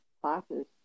classes